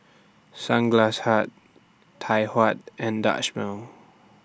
Sunglass Hut Tai Hua and Dutch Mill